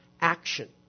action